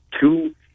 two